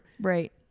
Right